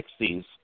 60s